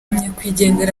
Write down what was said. nyakwigendera